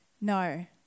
No